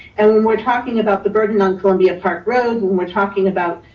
and when we're talking about the burden on columbia park road, when we're talking about,